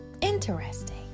interesting